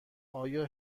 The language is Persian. آیا